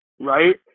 right